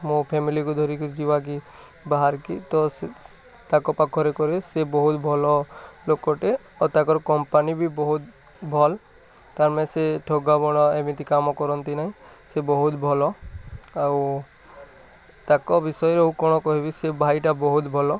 ମୋ ଫ୍ୟାମିଲିକୁ ଧରି କିରି ଯିବା କି ବାହାରି କି ତ ସେ ତାଙ୍କ ପାଖରେ କରେ ସେ ବହୁତ ଭଲ ଲୋକଟେ ଆଉ ତାଙ୍କର କମ୍ପାନୀ ବି ବହୁତ ଭଲ୍ ତା ମାନେ ସେ ଠକା ମଡ଼ା ଏମିତିକା କାମ କରନ୍ତି ନାହିଁ ସେ ବହୁତ ଭଲ ଆଉ ତାଙ୍କ ବିଷୟରେ ଆଉ କ'ଣ କହିବି ସେ ଭାଇଟା ବହୁତ ଭଲ